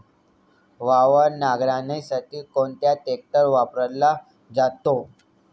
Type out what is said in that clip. वावर नांगरणीसाठी कोणता ट्रॅक्टर वापरला जातो?